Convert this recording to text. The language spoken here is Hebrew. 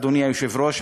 אדוני היושב-ראש,